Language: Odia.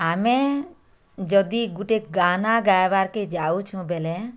ଆମେ ଯଦି ଗୁଟେ ଗାନା ଗାଇବାର୍ କେ ଯାଉଁଛୁ ବେଲେ